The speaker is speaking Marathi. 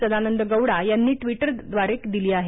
सदानंद गौडा यांनी ट्विटरद्वारे दिली आहे